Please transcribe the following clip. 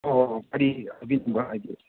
ꯑꯣ ꯀꯔꯤ ꯍꯥꯏꯕꯤꯅꯤꯡꯕ ꯍꯥꯏꯕꯤꯎ